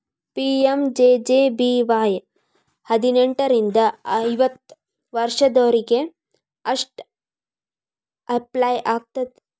PMJJBY ಹದಿನೆಂಟರಿಂದ ಐವತ್ತ ವರ್ಷದೊರಿಗೆ ಅಷ್ಟ ಅಪ್ಲೈ ಆಗತ್ತ